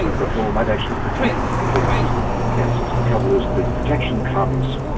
the pill might actually protect against cancers. the trouble is the protection comes